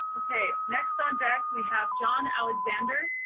ok, next on deck, we have john alexander.